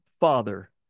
father